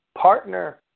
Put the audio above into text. partner